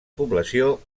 població